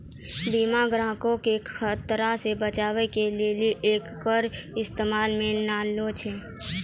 बीमा ग्राहको के खतरा से बचाबै के लेली एकरो इस्तेमाल मे लानै छै